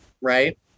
right